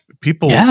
people